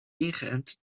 ingeënt